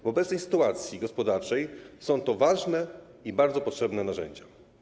W obecnej sytuacji gospodarczej są to ważne i bardzo potrzebne narzędzia.